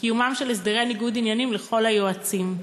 קיומם של הסדרי ניגוד עניינים לכל היועצים.